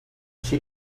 she